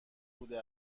بوده